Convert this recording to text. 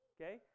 okay